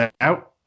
Out